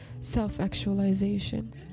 self-actualization